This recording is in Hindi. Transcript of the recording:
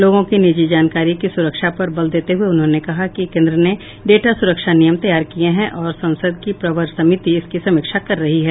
लोगों की निजी जानकारी की सुरक्षा पर बल देते हुए उन्होंने कहा कि कोन्द्र ने डेटा सुरक्षा नियम तैयार किये हैं और संसद की प्रवर समिति इसकी समीक्षा कर रही है